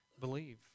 believe